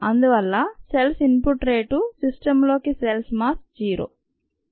అందువల్ల cells input rate system లోనికి cells mass 0